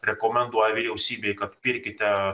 rekomenduoja vyriausybei kad pirkite